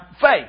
faith